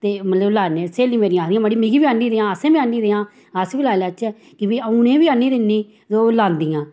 ते मतलव लान्ने स्हेलियां मेरियां आखदियां मड़ी मिगी बी आह्नी देआं असें बी आह्नी देआं अस बी लाच्चै की बी उनें बी आह्नी दिन्नी ते ओह् लांदियां